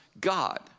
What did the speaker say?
God